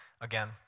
again